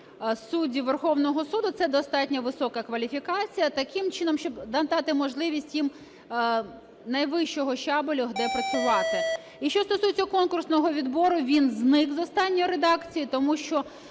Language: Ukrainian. суддів Верховного Суду – це достатньо висока кваліфікація, таким чином, щоб надати можливість їм найвищого щабелю, де працювати. І що стосується конкурсного відбору, він зник з останньої редакції, тому що